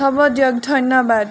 হ'ব দিয়ক ধন্যবাদ